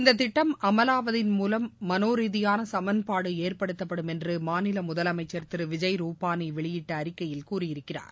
இந்ததிட்டம் அமலாவதின் மூலம் மனோரீதியானசமன்பாடுஏற்படுத்தப்படும் என்றுமாநிலமுதலமைச்சர் திருவிஜய் ரூபானிவெளியிட்டஅறிக்கையில் கூறியிருக்கிறார்